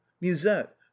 musette